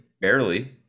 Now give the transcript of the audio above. Barely